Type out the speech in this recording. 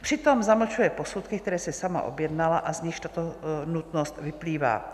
Přitom zamlčuje posudky, které si sama objednala a z nichž tato nutnost vyplývá.